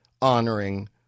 honoring